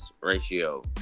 ratio